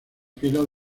filas